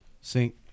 Sink